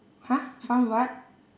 !huh! found what